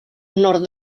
nord